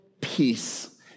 peace